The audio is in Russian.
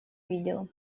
видел